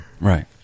Right